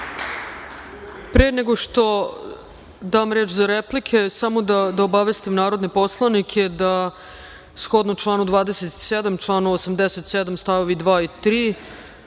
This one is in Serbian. vam. Pre nego što dam reč za replike, samo da obavestim narodne poslanike, shodno članu 27. i članu 87. st. 2. i 3.